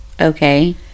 Okay